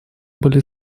были